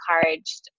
encouraged